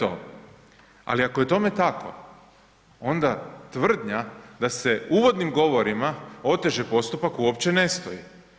Ali ako je tome tako, onda tvrdnja da se uvodnim govorima oteže postupak, uopće ne stoji.